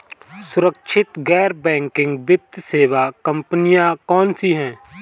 सुरक्षित गैर बैंकिंग वित्त सेवा कंपनियां कौनसी हैं?